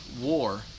war